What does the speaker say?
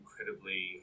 incredibly